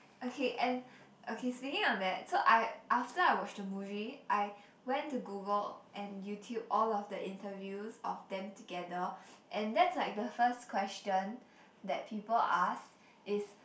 okay and okay speaking of that so I after I watch the movie I went to Google and YouTube all of the interviews of them together and that's like the first question that people ask is